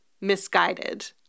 misguided